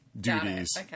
duties